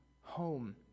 home